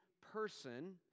person